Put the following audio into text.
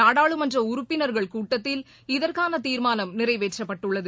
நாடாளுமன்ற உறுப்பினர்கள் கூட்டத்தில் இதற்கான தீர்மானம் நிறைவேற்றப்பட்டுள்ளது